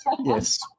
Yes